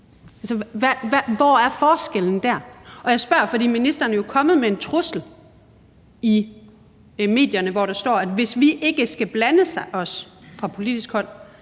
hvad er forskellen dér? Jeg spørger, fordi ministeren jo er kommet med en trussel i medierne, hvor der står, at hvis vi ikke skal blande os fra politisk hold,